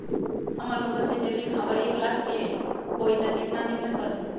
हमन लोगन के जे ऋन अगर एक लाख के होई त केतना दिन मे सधी?